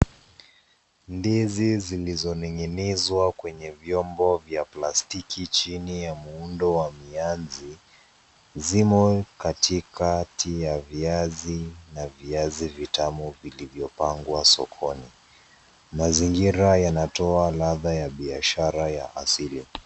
Ndizi zilizoning'inizwa kwenye vyombo vya plastiki chini ya muundo wa mianzi, zimo katikati ya viazi na viazi vitamu vilivyopangwa sokoni. Mazingira yanatoa ladha ya biashara ya asili.